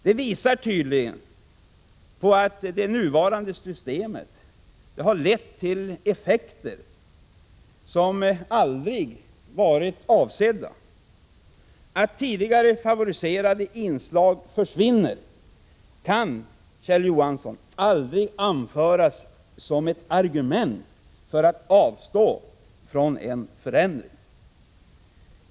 Detta visar tydligt på att det nuvarande systemet lett till effekter som aldrig varit avsedda. Att tidigare favoriserade inslag försvinner kan, Kjell Johansson, aldrig anföras som ett argument för att avstå från en förändring.